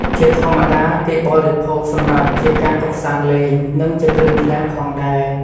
ជាធម្មតា គេបរិភោគសម្រាប់ជាការកំសាន្តលេង និងជាគ្រឿងក្លែមផងដែរ។